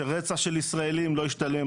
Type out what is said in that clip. שרצח של ישראלים לא ישתלם.